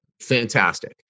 Fantastic